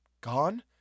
Gone